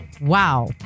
Wow